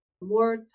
more